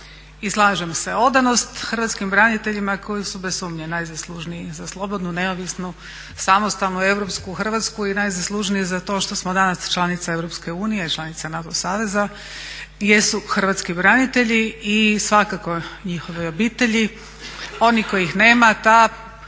slažem se. Odanost hrvatskim braniteljima koji su bez sumnje najzaslužniji za slobodnu, neovisnu, samostalnu, europsku Hrvatsku i najzaslužniji za to što smo danas članica EU i članica NATO saveza jesu hrvatski branitelji i svakako njihove obitelji, oni kojih nema, ta hrvatska